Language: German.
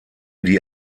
die